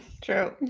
true